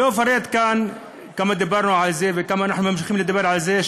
לא אפרט כאן כמה דיברנו על זה וכמה אנחנו מדברים על זה,